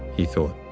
he thought,